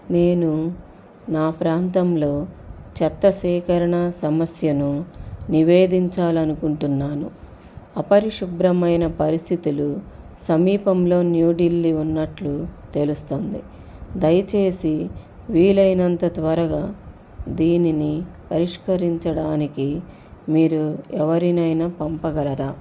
నేను నా ప్రాంతంలో చెత్త సేకరణ సమస్యను నివేదించాలనుకుంటున్నాను అపరిశుభ్రమైన పరిస్థితులు సమీపంలో న్యూఢిల్లీ ఉన్నట్లు తెలుస్తోంది దయచేసి వీలైనంత త్వరగా దీనిని పరిష్కరించడానికి మీరు ఎవరినైనా పంపగలరా